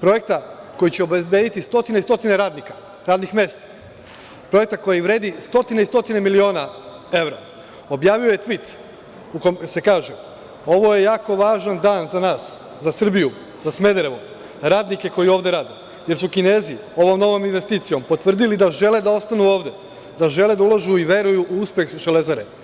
projekta koji će obezbediti stotine i stotine radnika, radnih mesta, projekta koji vredi stotine i stotine miliona evra objavljuje tvit u kome se kaže – ovo je jako važan dan za nas, za Srbiju, za Smederevo, radnike koji ovde rade, jer su Kinezi ovom novom investicijom potvrdili da žele da ostanu ovde, da žele da ulažu jer veruju u uspeh Železare.